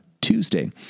Tuesday